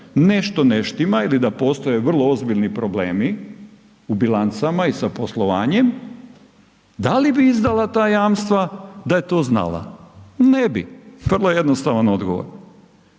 nešto ne štima ili da postoje vrlo ozbiljni problemi u bilancama i sa poslovanjem, da li bi izdala ta jamstva da je to znala? Ne bi, vrlo jednostavan odgovor.